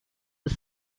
was